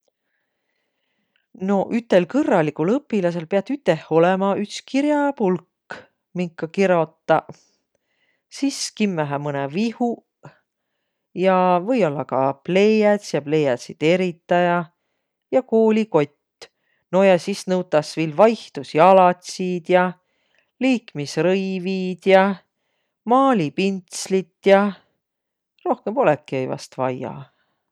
No ütel kõrraligul õpilasõl piät üteh olõma üts kiräpulk, minka kirotaq, sis kimmähe mõnõq vihuq ja või-ollaq ka pleiäts ja pleiädsiteritäjä ja koolikott. No ja sis nõutas viil vaihtusjalatsiid ja liikmisrõiviid ja maalipintslit ja. Rohkõmb olõki-i vaest vaia.